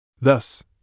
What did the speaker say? Thus